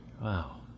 wow